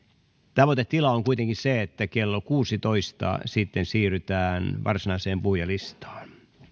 tavoitetila on kuitenkin se että kello kuudentoista sitten siirrytään varsinaiseen puhujalistaan